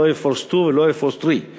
לא 2Air Force ולא 3Air Force .